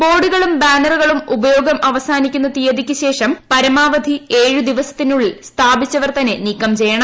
ബോർഡുകളും ബാനറുകളും ഉപയോഗം അവസാനിക്കുന്ന തിയതിക്കുശേഷം പരമാവധി ഏഴുദിവസത്തിനുള്ളിൽ സ്ഥാപിച്ചുവർ തന്നെ നീക്കം ചെയ്യണം